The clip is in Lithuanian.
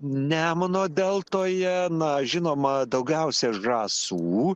nemuno deltoje na žinoma daugiausia žąsų